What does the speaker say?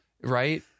right